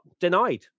denied